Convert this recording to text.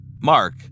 Mark